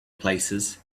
places